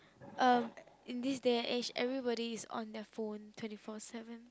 um in these day and age everybody is on their phone twenty four seven